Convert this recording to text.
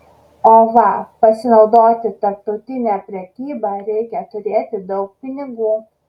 o va pasinaudoti tarptautine prekyba reikia turėti daug pinigų